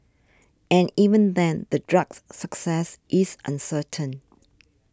and even then the drug's success is uncertain